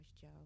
Joe